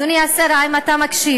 אדוני השר, האם אתה מקשיב?